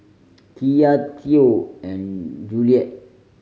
Kiya Theo and Juliette